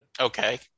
Okay